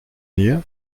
nähe